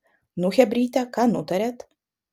nu chebryte ką nutarėt